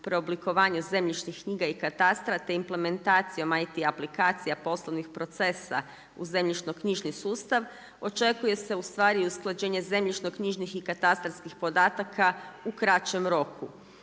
preoblikovanju zemljišnih knjiga i katastra te implementacijom IT aplikacija poslovnih procesa u zemljišno knjižni sustav očekuje se ustvari usklađenje zemljišno knjižnih i katastarskih podataka u kraćem roku.